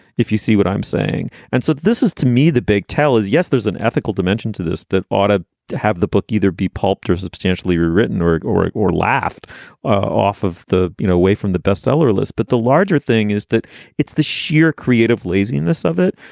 if you see what i'm saying. and so this is to me the big tell is, yes, there's an ethical dimension to this that ought ah to have the book either be pulped or substantially rewritten or or laughed off of the you know way from the bestseller list. but the larger thing is that it's the sheer creative laziness of it.